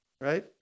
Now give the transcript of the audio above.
right